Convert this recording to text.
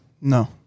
No